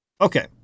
okay